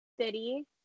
city